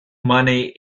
money